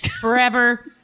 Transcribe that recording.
forever